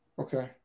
Okay